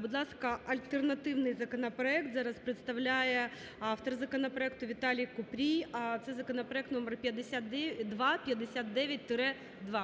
Будь ласка, альтернативний законопроект зараз представляє автор законопроекту Віталій Купрій. Це законопроект № 5259-2.